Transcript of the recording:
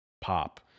pop